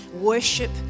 worship